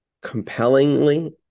compellingly